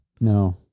No